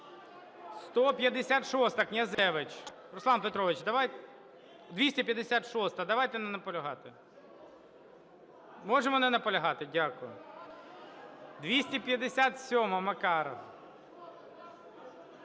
156-а, Князевич. Руслан Петрович, давайте… 256-а. Давайте не наполягати. Можемо не наполягати? Дякую. 257-а, Макаров.